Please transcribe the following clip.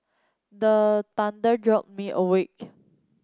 the jolt me awake